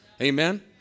Amen